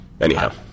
anyhow